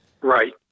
Right